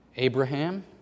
Abraham